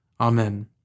Amen